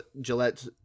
Gillette